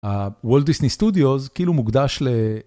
World Disney Studios כאילו מוקדש ל...